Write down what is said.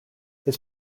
his